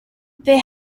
they